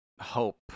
hope